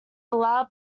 allowed